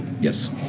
Yes